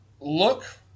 look